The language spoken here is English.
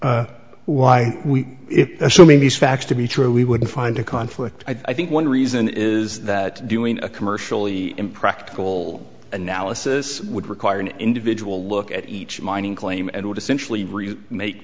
why we assuming these facts to be true we wouldn't find a conflict i think one reason is that doing a commercially impractical analysis would require an individual look at each mining claim and would essentially make